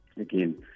again